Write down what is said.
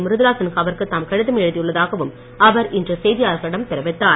மிருதுளா சின்ஹாவிற்கு தாம் கடிதம் எழுதியுள்ளதாகவும் அவர் இன்று செய்தியாளர்களிடம் தெரிவித்தார்